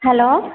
hello